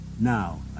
Now